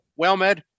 WellMed